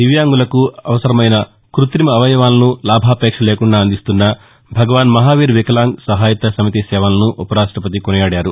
దివ్యాంగులకు అవసరమైన కృతిమ అవయవాలను లాభాపేక్ష లేకుండా అందిస్తున్న భగవాన్ మహావీర్ వికలాంగ్ సహాయతా సమితి సేవలను కొనియాడారు